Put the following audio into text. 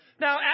Now